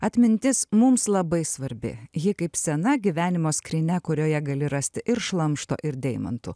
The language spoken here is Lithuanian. atmintis mums labai svarbi ji kaip sena gyvenimo skrynia kurioje gali rasti ir šlamšto ir deimantų